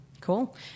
Cool